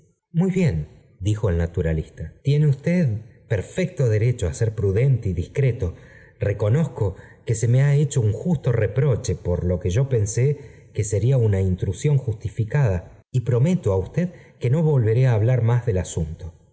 muy bien dijo el naturalista tiene usted imperfecto derecho á ser prudente y discreto reconozco que so me ha hecho un justo reproche por pjjó quo yo pensé que sería una intrusión justificada ér prometo á usted que no volveré á hablar máe del pasimto